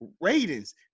Ratings